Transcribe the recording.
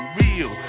real